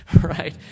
right